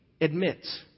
admits